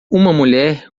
mulher